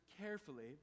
carefully